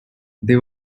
they